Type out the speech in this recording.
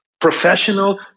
professional